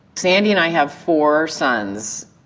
sandy and i have four sons.